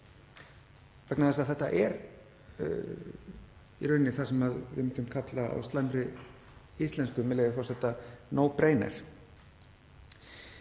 vegna þess að þetta er í rauninni það sem við myndum kalla á slæmri íslensku, með leyfi forseta, „no brainer“.